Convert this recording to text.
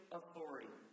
authority